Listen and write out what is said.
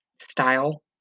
style